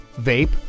vape